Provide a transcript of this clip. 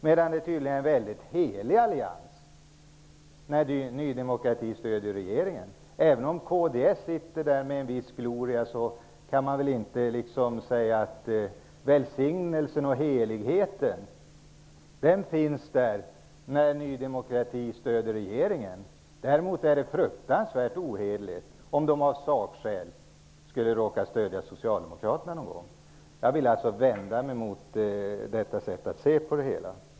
Men det är tydligen en helig allians när Ny demokrati stöder regeringen. Även om kds fick en viss gloria kan man väl inte säga att välsignelsen och heligheten finns där när Ny demokrati stöder regeringen. Däremot är det fruktansvärt oheligt om Ny demokrati av sakskäl någon gång skulle råka stödja socialdemokraterna. Jag vänder mig mot detta sätt att se på det hela.